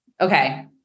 okay